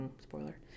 Spoiler